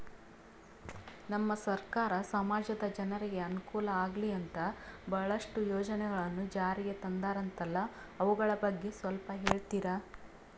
ನಮ್ಮ ಸರ್ಕಾರ ಸಮಾಜದ ಜನರಿಗೆ ಅನುಕೂಲ ಆಗ್ಲಿ ಅಂತ ಬಹಳಷ್ಟು ಯೋಜನೆಗಳನ್ನು ಜಾರಿಗೆ ತಂದರಂತಲ್ಲ ಅವುಗಳ ಬಗ್ಗೆ ಸ್ವಲ್ಪ ಹೇಳಿತೀರಾ?